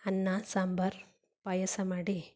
ಅನ್ನ ಸಾಂಬಾರ್ ಪಾಯಸ ಮಾಡಿ